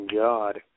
God